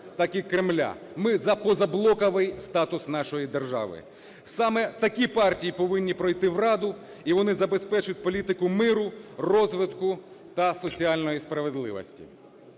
так і Кремля. Ми за позаблоковий статус нашої держави. Саме такі партії повинні пройти в Раду, і вони забезпечать політику миру, розвитку та соціальної справедливості.